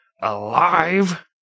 alive